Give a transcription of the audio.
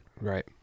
Right